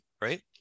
right